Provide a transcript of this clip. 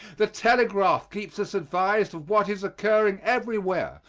the telegraph keeps us advised of what is occurring everywhere,